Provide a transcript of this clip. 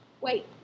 Wait